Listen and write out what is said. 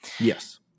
Yes